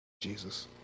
Jesus